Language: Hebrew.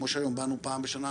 כמו שהיום באנו פעם בשנה,